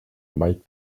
might